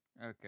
Okay